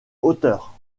hauteur